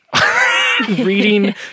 reading